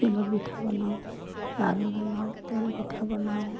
তিলৰ পিঠা বনাওঁ লাড়ু বনাওঁ তেলপিঠা বনাওঁ